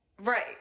Right